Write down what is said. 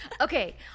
Okay